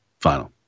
final